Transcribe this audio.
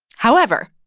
however,